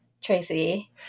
Tracy